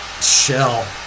shell